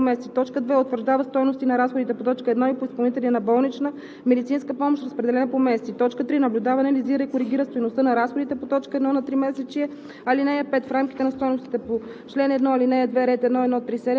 НЗОК: 1. утвърждава за всяка РЗОК годишна обща стойност на разходите, разпределена по месеци; 2. утвърждава стойности на разходите по т. 1 и по изпълнители на болнична медицинска помощ, разпределена по месеци; 3. наблюдава, анализира и коригира стойността на разходите по т. 1 на тримесечие;